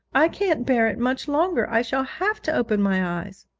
i can't bear it much longer i shall have to open my eyes